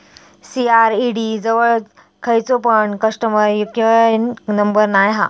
CRED जवळ खयचो पण कस्टमर केयर नंबर नाय हा